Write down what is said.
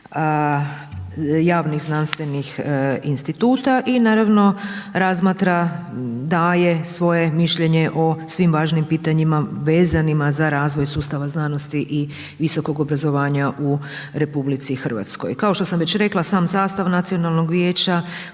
javnih znanstvenih instituta i naravno razmatra, daje svoje mišljenje o svim važnim pitanjima vezanima za razvoj sustava znanosti i visokog obrazovanja u RH. Kao što sam već rekla sam sastav nacionalnog vijeća